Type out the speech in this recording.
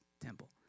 temple